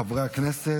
חברי הכנסת,